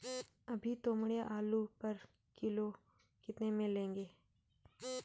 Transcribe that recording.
अभी तोमड़िया आलू पर किलो कितने में लोगे?